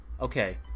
Okay